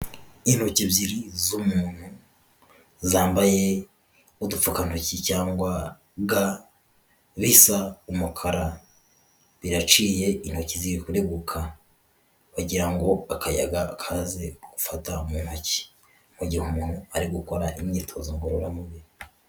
Intoki ebyiri z'umuntu zambaye udupfukantoki cyangwa ga bisa umukara, biraciye intoki ziri kureguka, kugira ngo akayaga kaze gufata mu ntoki mu gihe umuntu ari gukora imyitozo ngororamubiri.